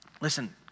Listen